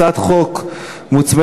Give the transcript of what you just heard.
הצעת חוק מוצמדת,